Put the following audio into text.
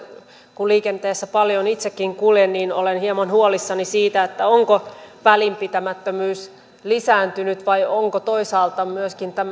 kun liikenteessä paljon itsekin kuljen niin olen hieman huolissani siitä onko välinpitämättömyys lisääntynyt vai onko toisaalta myöskin